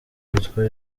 witwa